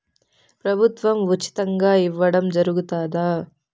ప్రభుత్వం ఉచితంగా ఇయ్యడం జరుగుతాదా?